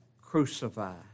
crucified